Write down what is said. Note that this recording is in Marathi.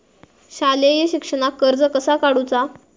शालेय शिक्षणाक कर्ज कसा काढूचा?